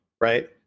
right